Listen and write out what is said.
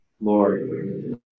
Lord